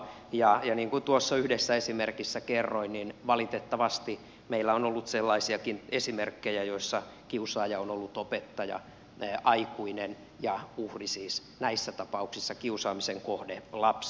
ja niin kuin tuossa yhdessä esimerkissä kerroin niin valitettavasti meillä on ollut sellaisiakin esimerkkejä joissa kiusaaja on ollut opettaja aikuinen ja uhri siis näissä tapauksissa kiusaamisen kohde lapsi